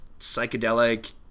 psychedelic